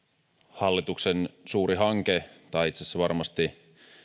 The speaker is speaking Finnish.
hallituksen suuri hanke tai itse asiassa varmasti